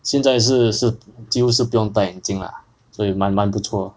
现在是是就是不用戴眼镜 lah 所以蛮蛮不错